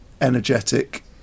energetic